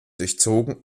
durchzogen